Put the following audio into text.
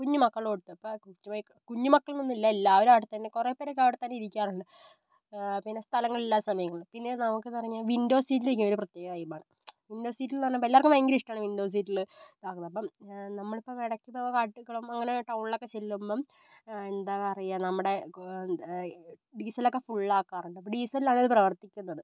കുഞ്ഞു മക്കൾ തൊട്ട് അപ്പം കുഞ്ഞുമക്കൾ എന്നില്ല എല്ലാവരും അവിടെ തന്നെ കുറേ പേരൊക്കെ അവിടെ തന്നെ ഇരിക്കാറുണ്ട് പിന്നെ സ്ഥലങ്ങൾ ഇല്ലാ സമയങ്ങളിൾ പിന്നെ നമുക്ക് എന്ന് പറഞ്ഞാൽ വിൻഡോ സീറ്റിൽ ഇരിക്കുന്നതിന് ഒരു പ്രത്യേക വൈബ് ആണ് വിൻഡോ സീറ്റെന്ന് പറഞ്ഞാൽ ഇപ്പം എല്ലാവർക്കും ഭയങ്കര ഇഷ്ടമാണ് വിൻഡോ സീറ്റിൽ ഇതാകുന്നത് അപ്പം നമ്മളിപ്പോൾ ഇടക്ക് കാട്ടിക്കുളം അങ്ങനെ ടൗണിൽ ഒക്കെ ചെല്ലുമ്പം എന്താ പറയുക നമ്മുടെ ഡീസൽ ഒക്കെ ഫുള്ള് ആക്കാറുണ്ട് അപ്പോൾ ഡീസലിലാണ് അത് പ്രവർത്തിക്കുന്നത്